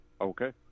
Okay